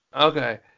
Okay